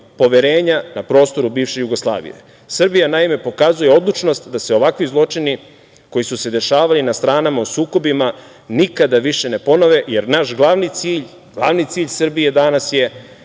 poverenja na prostoru bivše Jugoslavije. Srbija, naime, pokazuje odlučnost da se ovakvi zločini koji su se dešavali na stranama u sukobima nikada više ne ponove, jer naš glavni cilj, glavni cilj Srbije danas je